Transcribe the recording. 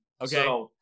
Okay